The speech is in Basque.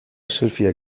selfieak